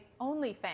OnlyFans